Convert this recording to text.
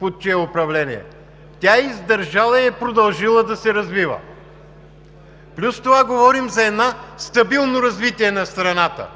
под чие управление. Тя е издържала и е продължила да се развива. Плюс това говорим за едно стабилно развитие на страната.